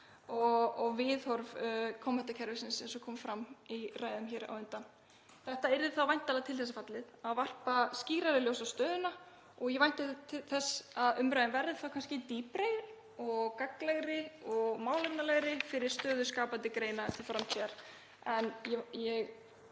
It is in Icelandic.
og viðhorf kommentakerfisins eins og kom fram í ræðum hér á undan. Þetta yrði þá væntanlega til þess fallið að varpa skýrara ljósi á stöðuna og ég vænti þess að umræðan verði þá kannski dýpri, gagnlegri og málefnalegri fyrir stöðu skapandi greina til framtíðar. En ég